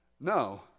No